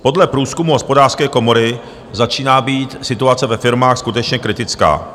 Podle průzkumu Hospodářské komory začíná být situace ve firmách skutečně kritická.